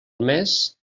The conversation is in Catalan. mes